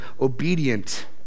obedient